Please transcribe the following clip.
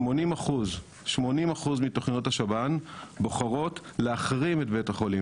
80% מתכניות השב"ן בוחרות להחרים את בית החולים,